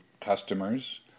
customers